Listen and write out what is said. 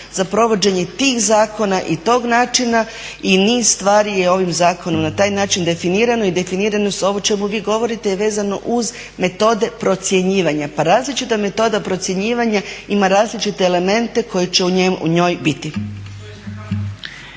za provođenje tih zakona i tog načina i niz stvari je ovim zakonom na taj način definirano. Ovo o čemu vi govorite je vezano uz metode procjenjivanja, pa različita metoda procjenjivanja ima različite elemente koji će u njoj biti.